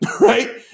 right